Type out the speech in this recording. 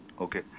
Okay